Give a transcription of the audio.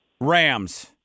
Rams